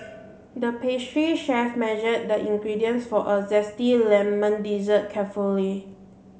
the pastry chef measured the ingredients for a zesty lemon dessert carefully